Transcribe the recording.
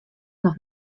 noch